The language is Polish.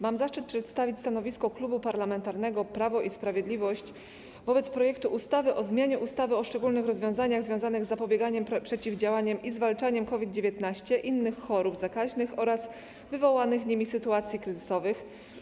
Mam zaszczyt przedstawić stanowisko Klubu Parlamentarnego Prawo i Sprawiedliwość wobec projektu ustawy o zmianie ustawy o szczególnych rozwiązaniach związanych z zapobieganiem, przeciwdziałaniem i zwalczaniem COVID-19, innych chorób zakaźnych oraz wywołanych nimi sytuacji kryzysowych.